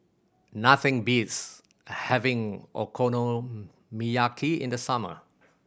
nothing beats having Okonomiyaki in the summer